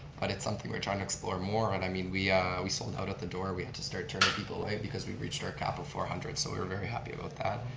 but it's something we're trying to explore more. and i mean we we sold out at the door we had to start turning people away because we reached our cap of four hundred, so we were very happy about that.